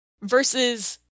versus